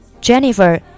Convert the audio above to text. Jennifer